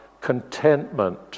contentment